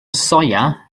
soia